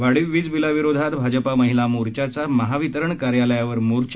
वाढीव विज बिलाविरोधात भाजपा महिला मोर्चाचा महावितरण कार्यालयावर मोर्चा